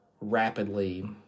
rapidly